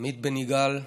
עמית בן יגאל,